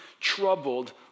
troubled